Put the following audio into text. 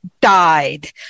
died